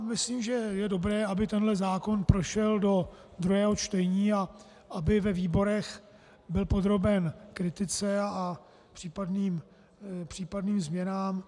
Myslím, že je dobré, aby tento zákon prošel do druhého čtení a aby ve výborech byl podroben kritice a případným změnám.